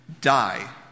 die